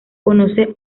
conoce